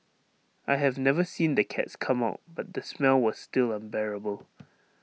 I have never seen the cats come out but the smell was still unbearable